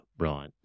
Right